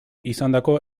izandako